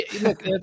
look